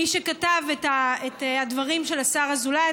מי שכתב את הדברים של השר אזולאי,